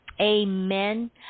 Amen